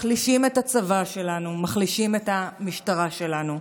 מחלישים את הצבא שלנו, מחלישים את המשטרה שלנו,